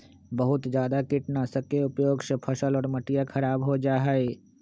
बहुत जादा कीटनाशक के उपयोग से फसल और मटिया खराब हो जाहई